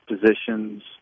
positions